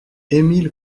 émile